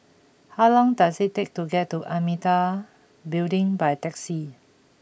how long does it take to get to Amitabha Building by taxi